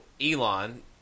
Elon